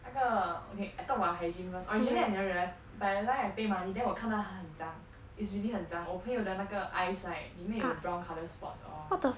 那个 okay I talk about hygiene first originally I never realized by the time I pay money then 我看到它很脏 is really 很脏我朋友的那个 ice like 里面有 brown colour spots or